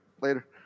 Later